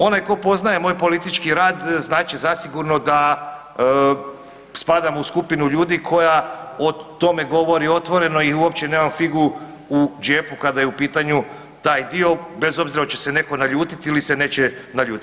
Onaj tko poznaje moj politički rad znat će zasigurno da spadamo u skupinu ljudi koja o tome govori otvoreno i uopće nemam figu u džepu kada je u pitanju taj dio, bez obzira hoće li se netko naljutiti ili se neće naljutiti.